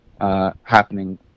happening